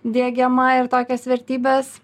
diegiama ir tokios vertybės